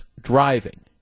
driving